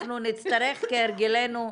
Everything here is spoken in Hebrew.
נצטרך, כהרגלנו,